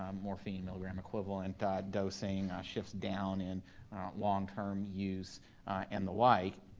um morphine milligram equivalent ah dosing, shifts down in long-term use and the like.